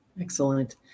Excellent